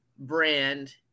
brand